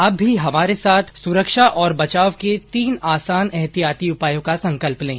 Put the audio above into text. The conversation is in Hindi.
आप भी हमारे साथ सुरक्षा और बचाव के तीन आसान एहतियाती उपायों का संकल्प लें